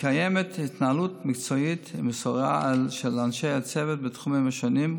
וקיימת התנהלות מקצועית ומסורה של אנשי הצוות בתחומים השונים,